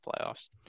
playoffs